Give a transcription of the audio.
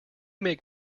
make